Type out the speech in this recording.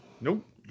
Nope